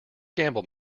gamble